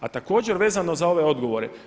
A također vezano za ove odgovore.